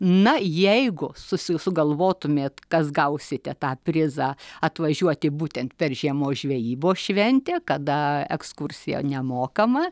na jeigu susi sugalvotumėt kas gausite tą prizą atvažiuoti būtent per žiemos žvejybos šventę kada ekskursija nemokama